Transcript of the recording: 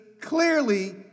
clearly